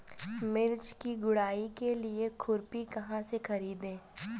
मिर्च की गुड़ाई के लिए खुरपी कहाँ से ख़रीदे?